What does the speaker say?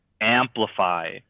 amplify